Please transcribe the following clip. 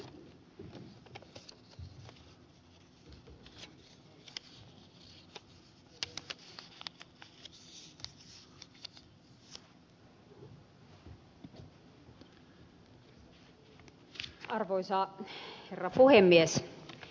arvoisa herra puhemies